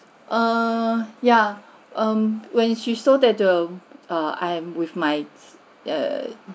err yeah um when she saw that err err I'm with my err